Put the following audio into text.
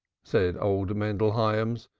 said old mendel hyams,